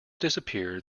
disappeared